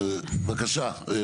בבקשה.